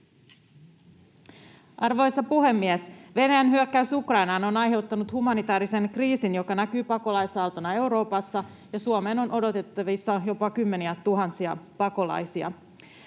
Arvoisa puhemies! Venäjän hyökkäys Ukrainaan on aiheuttanut humanitaarisen kriisin, joka näkyy pakolaisaaltona Euroopassa, ja Suomeen on odotettavissa jopa kymmeniätuhansia pakolaisia.